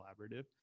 collaborative